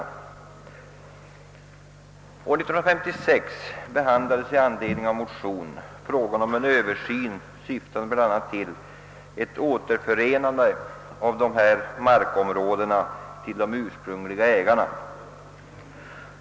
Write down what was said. År 1956 behandlades i anledning av en väckt motion frågan om en översyn syftande bl.a. till ett återförande av dessa markområden till de ursprungliga ägarna.